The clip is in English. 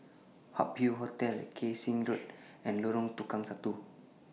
Hup Hoe Hotel Kay Siang Road and Lorong Tukang Satu